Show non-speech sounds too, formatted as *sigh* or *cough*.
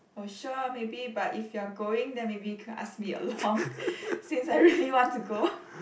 oh sure maybe but if you're going then maybe you could ask me along *laughs* since I really want to go *breath*